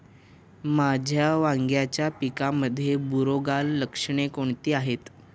माझ्या वांग्याच्या पिकामध्ये बुरोगाल लक्षणे कोणती आहेत?